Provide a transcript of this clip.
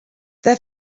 their